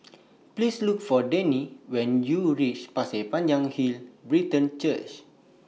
Please Look For Danny when YOU REACH Pasir Panjang Hill Brethren Church